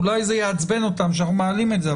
אולי זה יעצבן אותם שאנחנו מעלים את זה,